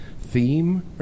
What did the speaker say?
theme